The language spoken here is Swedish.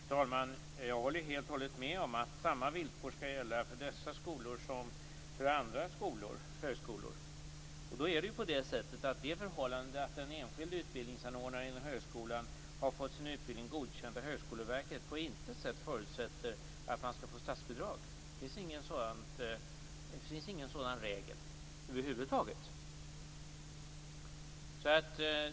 Fru talman! Jag håller helt och hållet med om att samma villkor skall gälla för dessa skolor som för andra högskolor. Det förhållandet att en enskild utbildningsanordnare inom högskolan har fått sin utbildning godkänd av Högskoleverket förutsätter på intet sätt att man skall få statsbidrag. Det finns ingen sådan regel över huvud taget.